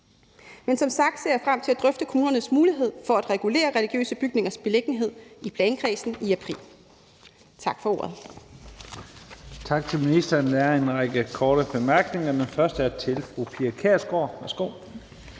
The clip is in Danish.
Men som sagt ser jeg frem til at drøfte kommunernes mulighed for at regulere religiøse bygningers beliggenhed i plankredsen i april.